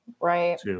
Right